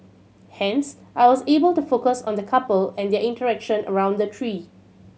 hence I was able to focus on the couple and their interaction around the tree